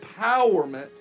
empowerment